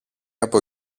από